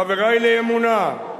חברי לאמונה,